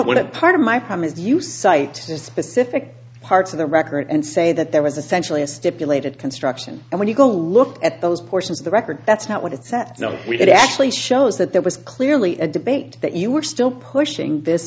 what part of my premise you cite the specific parts of the record and say that there was essentially a stipulated construction and when you go look at those portions of the record that's not what it said no we did actually shows that there was clearly a debate that you were still pushing this